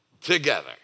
together